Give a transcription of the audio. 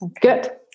Good